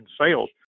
sales